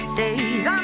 days